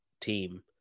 team